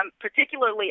particularly